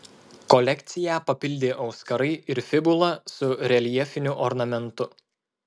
kolekciją papildė auskarai ir fibula su reljefiniu ornamentu